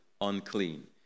unclean